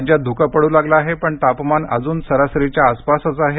राज्यात ध्रुकं पड्र लागलं आहे पण तापमान अजून सरासरीच्या आसपासच आहे